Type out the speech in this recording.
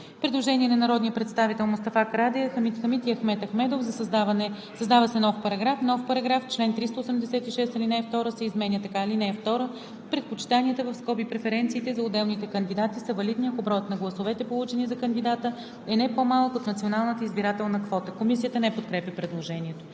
Предложение на народните представители Мустафа Карадайъ, Хамид Хамид и Ахмед Ахмедов: „Създава се нов §…:„§... Чл. 386, ал. 2 се изменя така: „(2) Предпочитанията (преференциите) за отделните кандидати са валидни, ако броят на гласовете, получени за кандидата, е не по-малък от националната избирателна квота.“ Комисията не подкрепя предложението.